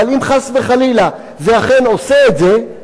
אבל אם חס וחלילה זה אכן עושה את זה,